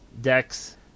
decks